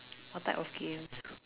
what type of games